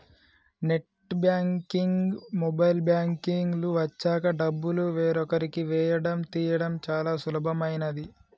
net banking, mobile banking లు వచ్చాక డబ్బులు వేరొకరికి వేయడం తీయడం చాలా సులభమైనది